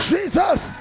Jesus